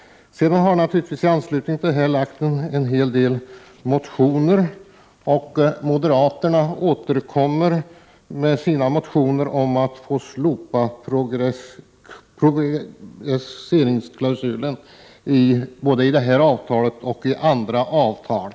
I anslutning till propositionen har det naturligtvis väckts en hel del motioner. Moderaterna återkommer med sina motioner om att slopa progressionsklausulen både i detta avtal och i andra avtal.